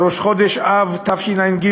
בראש חודש אב תשע"ג,